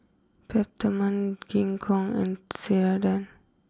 Peptamen Gingko and Ceradan